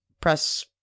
press